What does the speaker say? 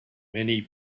many